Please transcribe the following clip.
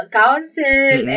council